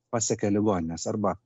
pasiekia ligonines arba